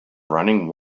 running